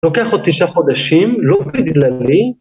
‫לוקח עוד תשעה חודשים, לא בגללי.